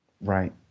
Right